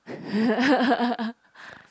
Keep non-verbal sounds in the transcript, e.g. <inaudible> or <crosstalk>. <laughs>